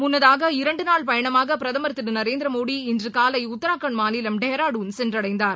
முன்னதாக இரண்டு நாள் பயணமாக பிரதமர் திரு நரேந்திர மோடி இன்று காலை உத்தரகாண்ட் மாநிலம் டேராடூன் சென்றடைந்தார்